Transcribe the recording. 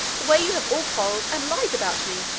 the way you have all quarrelled and lied about me!